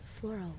floral